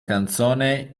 canzone